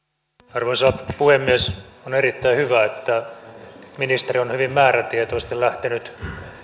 arvoisa puhemies on erittäin hyvä että ministeri on hyvin määrätietoisesti lähtenyt